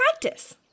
practice